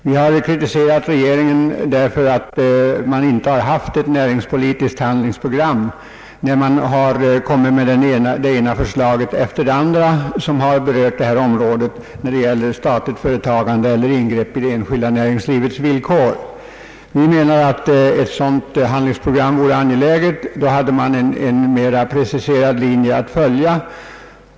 Vi har kritiserat regeringen eftersom den inte haft ett näringspolitiskt handlingsprogram när den kommit med det ena förslaget efter det andra som berör områden med statligt företagande eller ingrepp i det enskilda näringslivets villkor. Vi menar att ett sådant handlingsprogram vore angeläget. Då hade man en mera preciserad linje att följa.